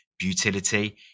utility